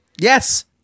yes